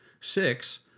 Six